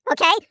okay